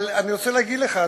אבל אני רוצה להגיד לך,